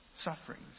sufferings